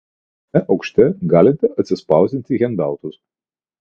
pirmame aukšte galite atsispausdinti hendautus